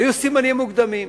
היו סימנים מוקדמים,